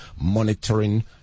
monitoring